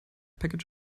package